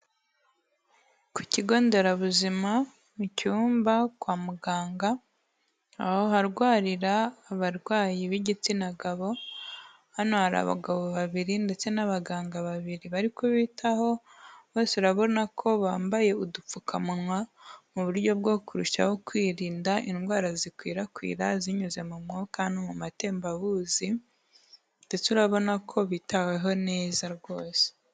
Ku kigo nderabuzima, mu cyumba, kwa muganga, aho harwarira abarwayi b'igitsina gabo, hano hari abagabo babiri ndetse n'abaganga babiri bari kubitaho, bose urabona ko bambaye udupfukamunwa, mu buryo bwo kurushaho kwirinda indwara zikwirakwira zinyuze mu mwuka no mu matembabuzi ndetse urabona ko bitaweho neza rwose.